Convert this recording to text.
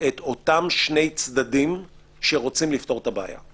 את אותם שני צדדים שרוצים לפתור את הבעיה.